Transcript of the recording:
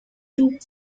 two